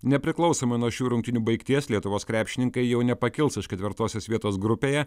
nepriklausomai nuo šių rungtynių baigties lietuvos krepšininkai jau nepakils iš ketvirtosios vietos grupėje